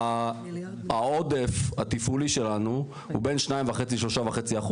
העודף התפעולי שלנו הוא בין 2.5% ל-3.5%